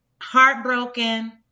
Heartbroken